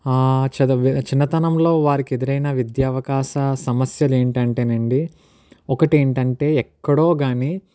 చదువె చిన్నతనంలో వారికి ఎదురైన విద్యా అవకాశా సమస్యలు ఏంటంటేనండీ ఒకటి ఏంటంటే ఎక్కడో గానీ